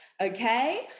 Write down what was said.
Okay